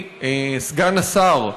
אדוני סגן השר,